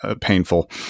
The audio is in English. painful